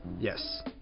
yes